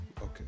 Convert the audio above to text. Okay